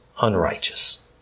unrighteous